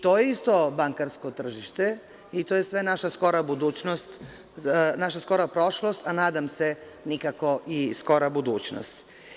To je isto bankarsko tržište i to je sve naša skora budućnost, odnosno skora prošlost, a nadam se, nikako i skora budućnost.